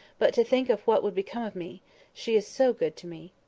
but to think of what would become of me she is so good to me.